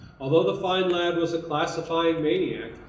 although the fine lad was a classifying maniac,